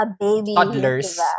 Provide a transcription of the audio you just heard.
toddlers